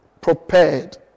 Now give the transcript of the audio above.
prepared